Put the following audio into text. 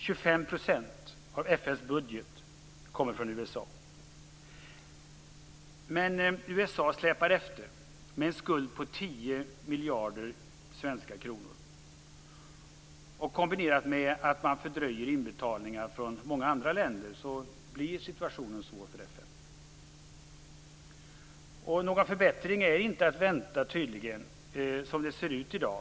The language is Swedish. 25 % av FN:s budget kommer från USA. Men USA släpar efter med en skuld på 10 miljarder svenska kronor. Det är kombinerat med att man fördröjer inbetalningar från många andra länder. Då blir situationen svår för FN. Någon förbättring är tydligen inte att vänta som det ser ut i dag.